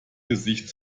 gesicht